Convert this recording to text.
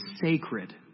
sacred